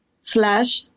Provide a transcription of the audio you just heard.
slash